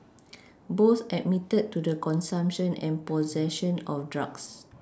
both admitted to the consumption and possession of drugs